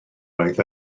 oedd